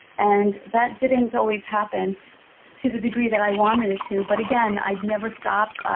and that didn't always happen to the degree that i wanted it to. but again, i've never stopped,